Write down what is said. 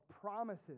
promises